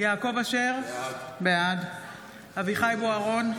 יעקב אשר, בעד אביחי אברהם בוארון,